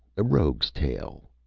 a rogue's tale.